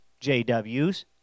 JWs